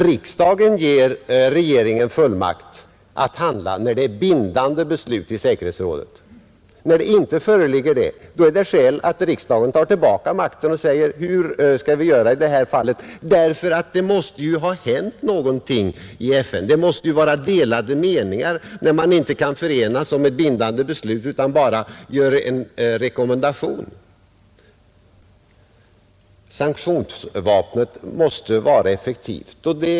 Riksdagen ger regeringen fullmakt att handla när det är bindande beslut, men när ett sådant beslut icke föreligger är det skäl att riksdagen tar tillbaka makten för att undersöka hur man skall handla. Det måste ju ha hänt något i FN, det måste vara delade meningar, när man inte kan enas om bindande beslut utan bara gör en rekommendation. Sanktionsvapnet måste vara effektivt.